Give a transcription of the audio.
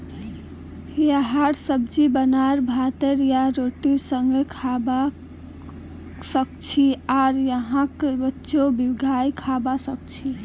यहार सब्जी बनाए भातेर या रोटीर संगअ खाबा सखछी आर यहाक कच्चो भिंगाई खाबा सखछी